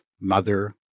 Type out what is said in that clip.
mother